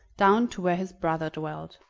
down to where his brother dwelt.